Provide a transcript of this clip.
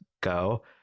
go